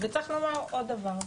וצריך לומר עוד דבר,